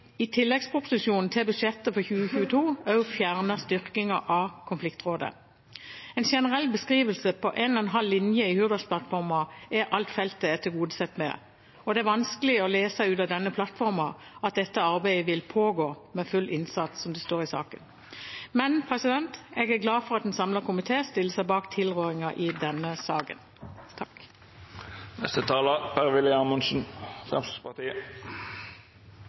i tilleggsproposisjonen til budsjettet for 2022 også fjernet styrkingen av konfliktrådet. En generell beskrivelse på én og en halv linje i Hurdalsplattformen er alt feltet er tilgodesett med. Det er vanskelig å lese ut av denne plattformen at dette arbeidet vil «pågå med full innsats», som det står i saken. Men jeg er glad for at en samlet komité stiller seg bak tilrådingen i denne saken.